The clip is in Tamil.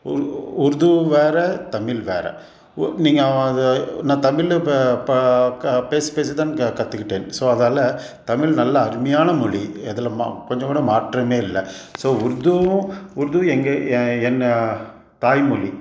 உ உருது வேறு தமிழ் வேறு உ நீங்கள் அது நான் தமிழில் இப்போ ப க பேசி பேசி தான் க கற்றுக்கிட்டேன் ஸோ அதால தமிழ் நல்லா அருமையான மொழி அதில் மா கொஞ்சம் கூட மாற்றமே இல்லை ஸோ உருதுவும் உருதுவும் எங்கள் ஏன் என்னு தாய் மொழி